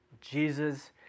Jesus